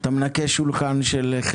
ומה לוחות הזמנים שלהן?